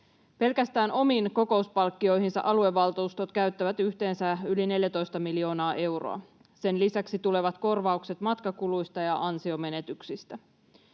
Pelkästään omiin kokouspalkkioihinsa aluevaltuustot käyttävät yhteensä yli 14 miljoonaa euroa. Sen lisäksi tulevat korvaukset matkakuluista ja ansionmenetyksistä.